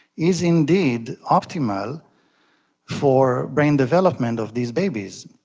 is indeed optimal for brain development of these babies.